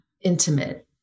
intimate